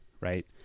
Right